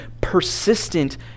persistent